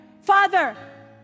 Father